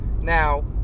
now